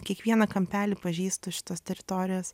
kiekvieną kampelį pažįstu šitos teritorijos